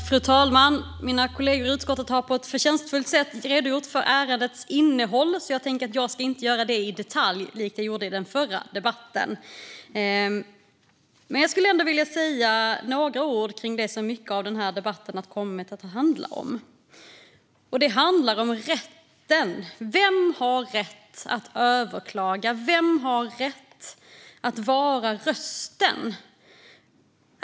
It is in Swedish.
Fru talman! Mina kollegor i utskottet har på ett förtjänstfullt sätt redogjort för ärendets innehåll, så jag tänker inte göra det i detalj likt jag gjorde i den förra debatten. Men jag skulle vilja säga några ord om det som mycket av den här debatten har kommit att handla om. Det handlar om rätten. Vem har rätt att överklaga? Vem har rätt att vara rösten?